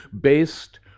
based